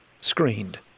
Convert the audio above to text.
screened